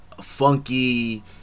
funky